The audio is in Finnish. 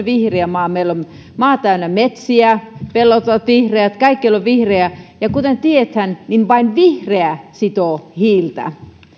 vihreä maa meillä on maa täynnä metsiä pellot ovat vihreät kaikkialla on vihreää kuten tiedetään niin vain vihreä sitoo hiiltä